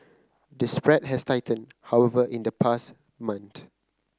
the spread has tightened however in the past month